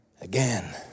again